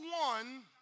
one